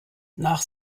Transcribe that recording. nach